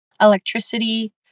electricity